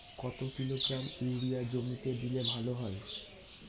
কত kilogram urea জমিতে দিলে ভালো হয়?